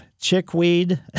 chickweed